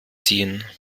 ziehen